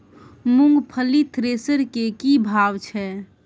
मूंगफली थ्रेसर के की भाव छै?